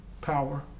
power